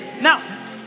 now